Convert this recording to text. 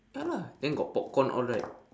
ya lah then got popcorn all right